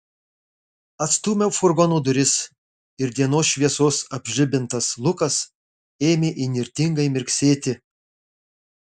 atstūmiau furgono duris ir dienos šviesos apžlibintas lukas ėmė įnirtingai mirksėti